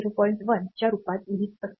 1 च्या रूपात लिहित असतो